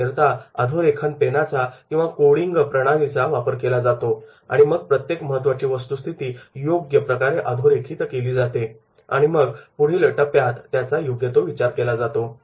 याकरिता अधोरेखन पेनाचा किंवा कोडींग प्रणालीचा वापर केला जातो आणि मग प्रत्येक महत्त्वाची वस्तू स्थिती योग्य प्रकारे अधोरेखित केली जाते आणि मग पुढील टप्प्यात त्याचा योग्य तो विचार केला जातो